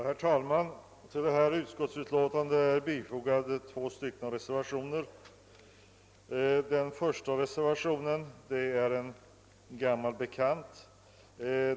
Herr talman! Till detta utskottsbetänkande har fogats två reservationer. Den första reservationen är en gammal bekant.